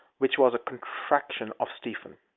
which was a contraction of stephen.